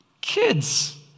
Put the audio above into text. kids